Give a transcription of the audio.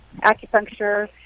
acupuncture